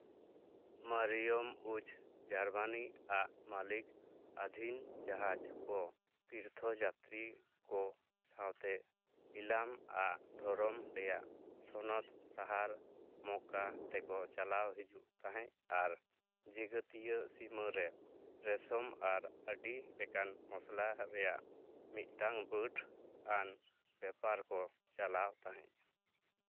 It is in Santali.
ᱢᱟᱨᱤᱭᱚᱢ ᱳᱪ ᱡᱟᱨᱢᱟᱱᱤ ᱟᱜ ᱢᱟᱹᱞᱤᱠ ᱟᱹᱫᱷᱤᱱ ᱡᱟᱦᱟᱡᱽ ᱠᱚ ᱛᱤᱨᱛᱷᱚ ᱡᱟᱛᱨᱤ ᱠᱚ ᱥᱟᱶᱛᱮ ᱤᱞᱟᱢ ᱟᱜ ᱫᱷᱚᱨᱚᱢ ᱨᱮᱭᱟᱜ ᱥᱚᱱᱚᱛ ᱥᱟᱦᱟᱨ ᱢᱚᱠᱟ ᱛᱮᱠᱚ ᱪᱟᱞᱟᱣ ᱦᱤᱡᱩᱜ ᱛᱟᱦᱮᱸᱜ ᱟᱨ ᱡᱮᱸᱜᱮᱛᱤᱭᱟᱹ ᱥᱤᱢᱟᱹ ᱨᱮ ᱨᱮᱥᱚᱢ ᱟᱨ ᱟᱹᱰᱤ ᱞᱮᱠᱟᱱ ᱢᱚᱥᱞᱟ ᱨᱮᱭᱟᱜ ᱢᱤᱫᱴᱟᱱ ᱵᱟᱹᱰ ᱟᱱ ᱵᱮᱯᱟᱨ ᱠᱚ ᱪᱟᱞᱟᱣ ᱛᱟᱦᱮᱸᱜ